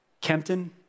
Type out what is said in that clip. Kempton